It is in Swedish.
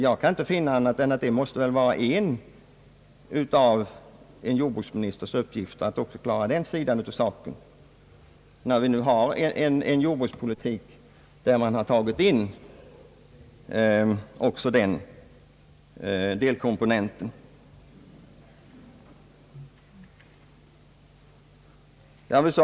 Jag kan inte finna annat än att detta måste vara en av en jordbruksministers uppgifter, eftersom vi har en jordbrukspolitik där man har tagit in också den komponenten.